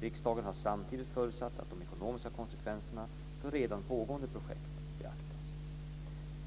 Riksdagen har samtidigt förutsatt att de ekonomiska konsekvenserna för redan pågående projekt beaktas.